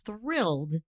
thrilled